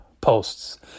posts